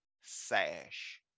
Sash